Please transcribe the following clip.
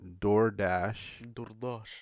DoorDash